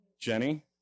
Jenny